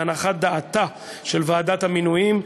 להנחת דעתה של ועדת המינויים,